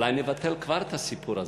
אולי נבטל כבר את הסיפור הזה.